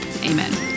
amen